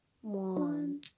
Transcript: One